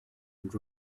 and